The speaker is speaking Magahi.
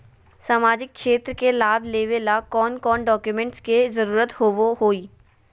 सामाजिक क्षेत्र के लाभ लेबे ला कौन कौन डाक्यूमेंट्स के जरुरत होबो होई?